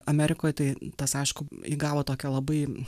amerikoj tai tas aišku įgavo tokią labai